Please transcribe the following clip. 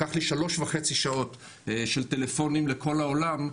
לקח לי שלוש וחצי שעות של טלפונים לכל העולם.